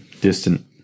Distant